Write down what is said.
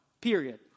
period